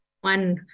one